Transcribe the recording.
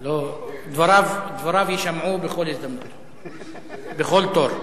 דבריו יישמעו בכל תור.